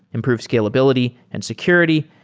improve scalability and security,